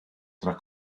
tra